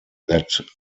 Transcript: that